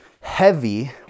heavy